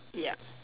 ya